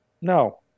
No